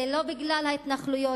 זה לא בגלל ההתנחלויות,